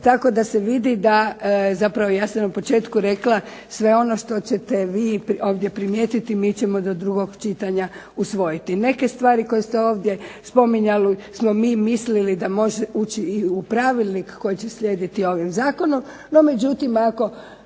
tako da se vidi da zapravo ja sam na početku rekla, sve ono što ćete vi ovdje primijetiti mi ćemo do drugog čitanja usvojiti. Neke stvari koje ste ovdje spominjali smo mi mislili da može ući i u pravilnik koji će slijediti ovim zakonom, no međutim, ako